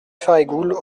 farigoules